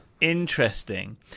interesting